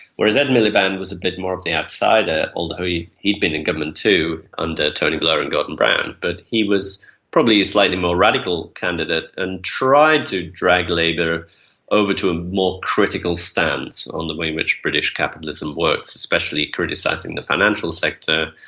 whereas ed miliband was a bit more of the outsider, although he had been in government too under tony blair and gordon brown. but he was probably a slightly more radical candidate and tried to drag labour over to a more critical stance on the way in which british capitalism works, especially criticising the financial sector,